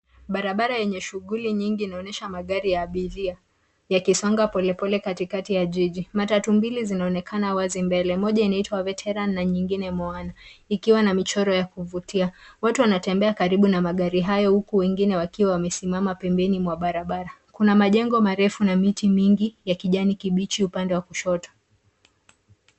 Barabara yenye shughuli nyingi inaonyesha magari ya abiria yakisonga polepole katikati ya jiji. Matatu mbili yanaonekana wazi mbele, moja ina itwa Veteran na nyingine Moana ikiwa na michoro ya kuvutia. Watu wanatembea karibu na magari yao huku wengine wakiwa wamesimama pembeni mwa barabara. Kuna majengo marefu na miti mingi ya kijani kibichi upande wa kushoto.